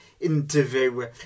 interview